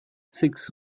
six